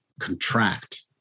contract